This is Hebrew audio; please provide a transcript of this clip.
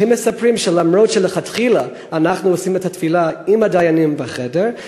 שמספרים שגם אם לכתחילה אנחנו עושים את הטבילה עם הדיינים בחדר,